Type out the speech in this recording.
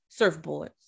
surfboards